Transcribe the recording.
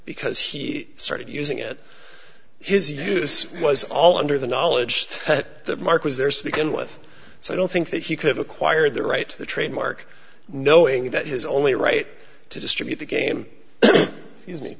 because he started using it his use was all under the knowledge that mark was there speaking with so i don't think that he could have acquired the right to the trademark knowing that his only right to distribute the game is me